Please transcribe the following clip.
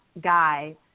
guy